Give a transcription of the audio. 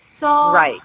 Right